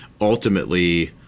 ultimately